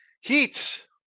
heats